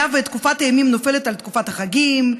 היה ותקופת הימים נופלת על תקופת החגים,